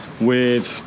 weird